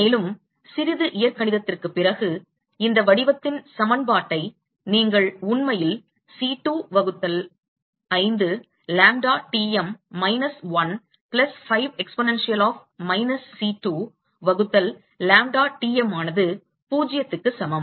மேலும் சிறிது இயற்கணிதத்திற்குப் பிறகு இந்த வடிவத்தின் சமன்பாட்டை நீங்கள் உண்மையில் C2 வகுத்தல் 5 lambda Tm minus 1 plus 5 exponential of minus C2 வகுத்தல் லாம்ப்டா Tm ஆனது 0க்கு சமம்